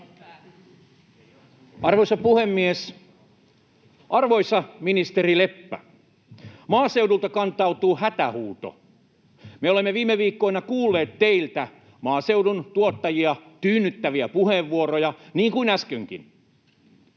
Arvoisa puhemies! Arvoisa ministeri Leppä, maaseudulta kantautuu hätähuuto. Me olemme viime viikkoina kuulleet teiltä maaseudun tuottajia tyynnyttäviä puheenvuoroja niin kuin äskenkin.